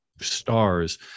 stars